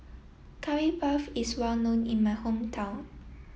Curry Puff is well known in my hometown